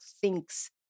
thinks